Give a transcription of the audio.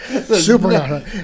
super